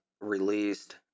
released